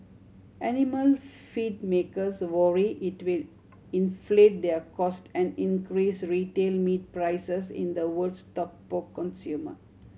animal feed makers worry it will inflate their cost and increase retail meat prices in the world's top pork consumer